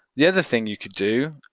the other thing you can do,